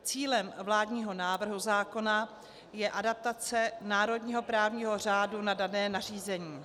Cílem vládního návrhu zákona je adaptace národního právního řádu na dané nařízení.